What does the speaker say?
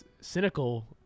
cynical